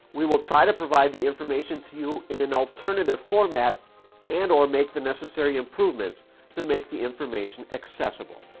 we will try to provide the information to you in an alternative format and or make the necessary improvements to make the information accessible.